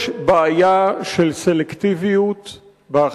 יש בעיה של סלקטיביות באכיפה,